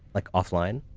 like offline.